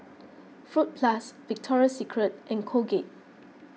Fruit Plus Victoria Secret and Colgate